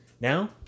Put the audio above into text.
Now